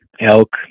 elk